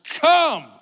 come